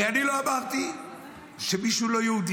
הרי אני לא אמרתי שמישהו לא יהודי.